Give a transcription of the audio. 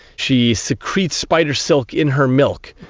she secretes spider silk in her milk,